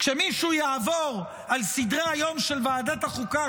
כשמישהו יעבור על סדרי-היום של ועדת החוקה,